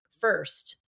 first